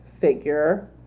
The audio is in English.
figure